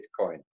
Bitcoin